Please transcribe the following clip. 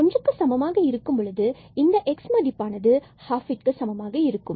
ஒன்றுக்கு சமமாக இருக்கும் பொழுது இந்த எக்ஸ் ஆனது 12க்கு சமமாக இருக்கும்